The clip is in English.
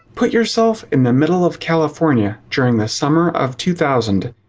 put yourself in the middle of california, during the summer of two thousand,